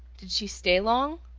did she stay long?